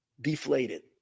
deflated